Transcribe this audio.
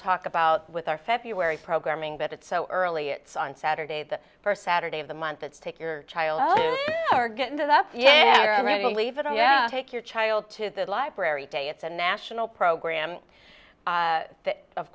talk about with our february programming but it's so early it's on saturday the first saturday of the month it's take your child oh get into that yeah all right we'll leave it on yeah take your child to the library day it's a national program